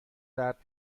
درد